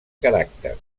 caràcter